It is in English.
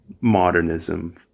modernism